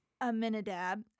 Aminadab